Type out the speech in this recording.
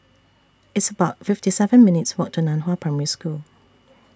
It's about fifty seven minutes' Walk to NAN Hua Primary School